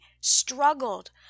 struggled